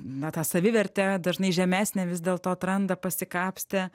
na tą savivertę dažnai žemesnę vis dėlto atranda pasikapstę